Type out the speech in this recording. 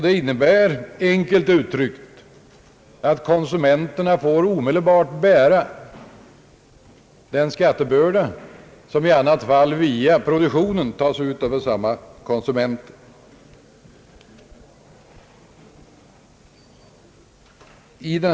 Det innebär enkelt uttryckt, att konsumenterna omedelbart får bära den skattebörda som i annat fall via produktionen tas ut av samma konsumenter.